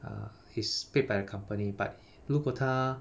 uh is paid by the company but 如果她